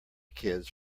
kids